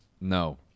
No